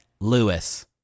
Lewis